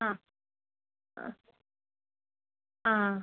ആ ആ ആ